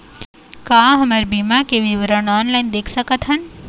का हमर बीमा के विवरण ऑनलाइन देख सकथन?